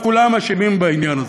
עכשיו כולם אשמים בעניין הזה.